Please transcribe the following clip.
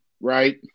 right